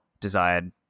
desired